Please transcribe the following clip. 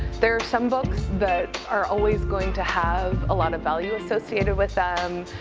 there are some books that are always going to have a lot of value associated with them.